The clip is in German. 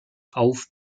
auf